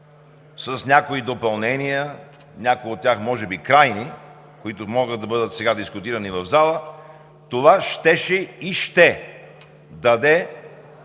с някои допълнения, някои от тях може би крайни, които могат да бъдат сега дискутирани в залата, това щеше и ще даде